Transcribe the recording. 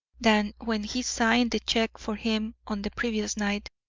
than when he signed the check for him on the previous night.